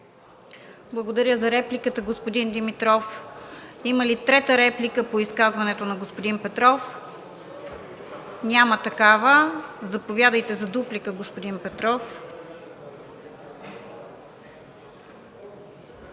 Благодаря за репликата, господин Димитров. Има ли трета реплика по изказването на господин Петров? Няма. Заповядайте за дуплика, господин Петров.